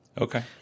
Okay